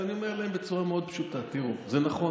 אז אני אומר להם בצורה מאוד פשוטה: תראו, זה נכון.